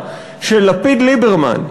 ליברלים,